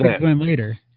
later